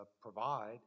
provide